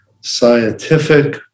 scientific